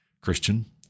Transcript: christian